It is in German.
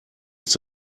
ist